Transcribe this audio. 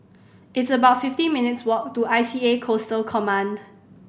it's about fifteen minutes' walk to I C A Coastal Command